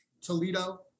Toledo